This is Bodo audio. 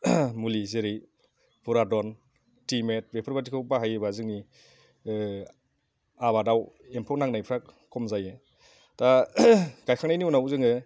मुलि जेरै फुरादन टिमेट बेफोरबायदिखौ बाहायोबा जोंनि आबादाव एम्फौ नांनायफ्राय खम जायो दा गायखांनायनि उनाव जोङो